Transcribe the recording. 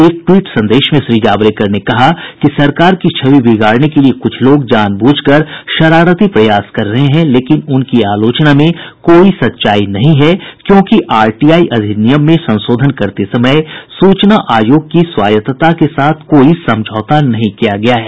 एक ट्वीट संदेश में श्री जावड़ेकर ने कहा कि सरकार की छवि बिगाड़ने के लिए कुछ लोग जानबूझकर शरारती प्रयास कर रहे हैं लेकिन उनकी आलोचना में कोई सच्चाई नहीं है क्योंकि आर टी आई अधिनियम में संशोधन करते समय सूचना आयोग की स्वायत्ता के साथ कोई समझौता नहीं किया गया है